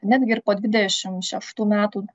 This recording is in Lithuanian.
netgi ir po dvidešim šeštų metų